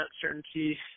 certainty